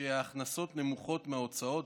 ההכנסות נמוכות מההוצאות.